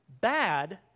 bad